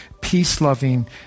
peace-loving